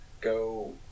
go